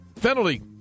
Penalty